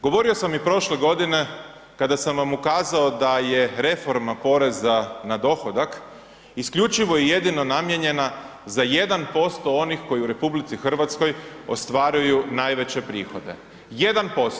Govorio sam i prošle godine kada sam vam ukazao da je reforma poreza na dohodak isključivo i jedino namijenjena za 1% onih koji u RH ostvaruju najveće prihode, 1%